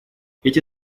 эти